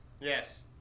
Yes